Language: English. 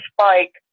spike